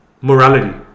morality